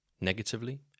Negatively